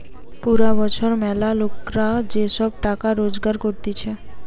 পুরা বছর ম্যালা লোকরা যে সব টাকা রোজগার করতিছে